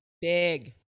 Big